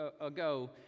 ago